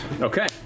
Okay